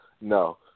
No